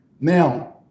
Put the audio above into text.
Now